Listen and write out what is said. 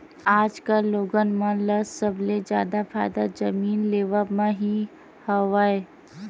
आजकल लोगन मन ल सबले जादा फायदा जमीन लेवब म ही हवय